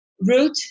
route